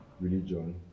religion